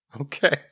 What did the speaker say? Okay